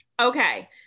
Okay